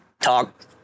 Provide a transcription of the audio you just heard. talk